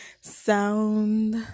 sound